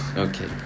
Okay